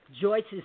Joyce's